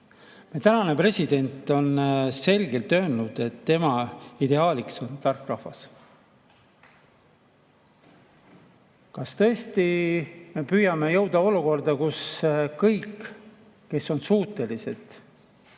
Meie tänane president on selgelt öelnud, et tema ideaaliks on tark rahvas. Kas tõesti me püüame jõuda olukorda, kus kõik, kes on suutelised,